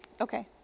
Okay